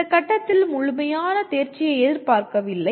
இந்த கட்டத்தில் முழுமையான தேர்ச்சியை எதிர்பார்க்கவில்லை